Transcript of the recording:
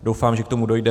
Doufám, že k tomu dojde.